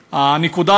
הלימודים.